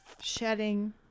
shedding